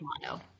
motto